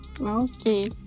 Okay